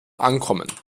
ankommen